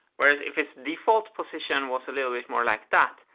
whereas if its default position was a little bit more like that,